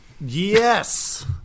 yes